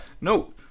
No